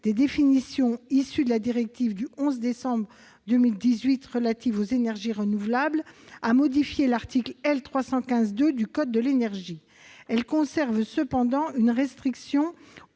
des définitions issues de la directive du 11 décembre 2018 relative aux énergies renouvelables, a modifié l'article L. 315-2 du code de l'énergie. Elle a cependant conservé une restriction